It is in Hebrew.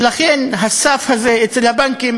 ולכן הסף הזה אצל הבנקים